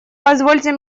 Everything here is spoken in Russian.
позвольте